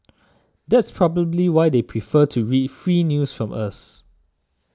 that's probably why they prefer to read free news from us